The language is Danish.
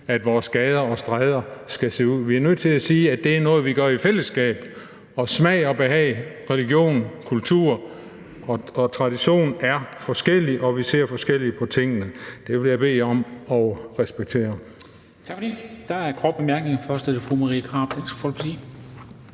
vores gader og stræder skal se ud. Vi er nødt til at sige, at det er noget, vi gør i fællesskab, at smag og behag, religion, kultur og tradition er forskelligt, og at vi ser forskelligt på tingene. Det vil jeg bede jer om at respektere.